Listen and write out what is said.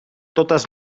totes